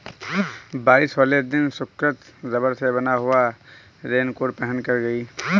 बारिश वाले दिन सुकृति रबड़ से बना हुआ रेनकोट पहनकर गई